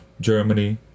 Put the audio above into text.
Germany